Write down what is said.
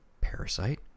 Parasite